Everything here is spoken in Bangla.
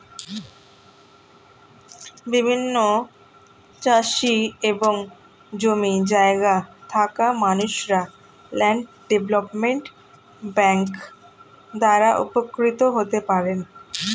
বিভিন্ন চাষি এবং জমি জায়গা থাকা মানুষরা ল্যান্ড ডেভেলপমেন্ট ব্যাংক দ্বারা উপকৃত হতে পারেন